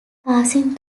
passing